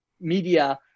media